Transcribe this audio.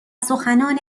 سخنان